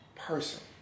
person